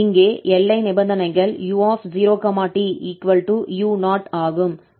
இங்கே எல்லை நிபந்தனைகள் u 0 𝑡 u0 ஆகும்